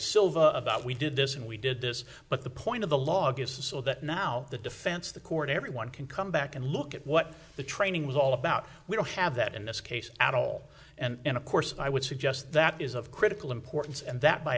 silva about we did this and we did this but the point of the log is so that now the defense the court everyone can come back and look at what the training was all about we don't have that in this case at all and of course i would suggest that is of critical importance and that by